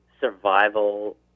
survival